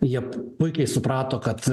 jie puikiai suprato kad